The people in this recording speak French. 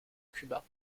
cuba